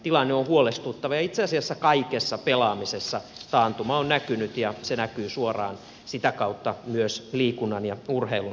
tilanne on huolestuttava ja itse asiassa kaikessa pelaamisessa taantuma on näkynyt ja se näkyy suoraan sitä kautta myös liikunnan ja urheilun rahoituksessa